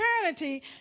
eternity